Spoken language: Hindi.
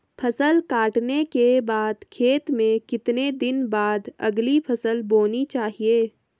फसल काटने के बाद खेत में कितने दिन बाद अगली फसल बोनी चाहिये?